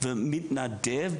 ועטאף בהחלט מתעניין.